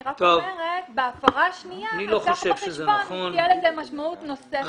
אני רק אומרת שבהפרה השנייה יילקח בחשבון ותהיה לזה משמעות נוספת.